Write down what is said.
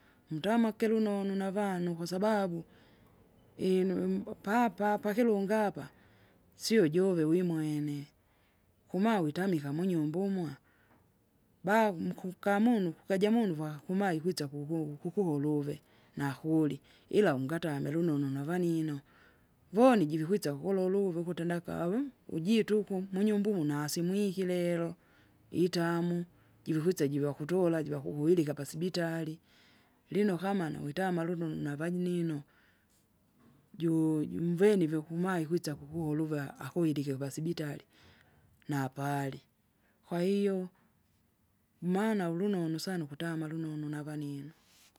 Mdamwa kelinonu navanu kwasababu inu- imu- upapa pakilunga apa, sio juve wimwene, kumaa witamika munyumba umwa, ba- mkumunu kukaja munu vakakuma ikwitsa kuku kukuva uluve nakulye ila ungatamile ulunonu ulunonu navanino, voni jivikwisa ukululuvu ukuti nakavu! ujitu uku munyumba umu nasimwiki lelo, itamu, jivikwitsa jivakutola jivakuvuilika pasibitari, lino kamana witama lununu navanyinino. Ju- junvweni vikuma ikwitsa kukuluva akwelike vasibitari, napali, kwahiyo, maana ulunonu sana ukutama lunonu navanino.